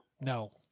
No